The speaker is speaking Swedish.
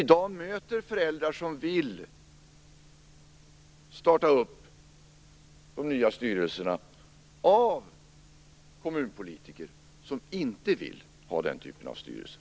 I dag möts föräldrar som vill starta upp de nya styrelserna av kommunpolitiker som inte vill ha den typen av styrelser.